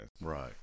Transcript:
Right